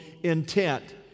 intent